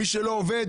מי שלא עובד